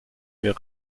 mehr